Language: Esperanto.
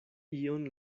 ion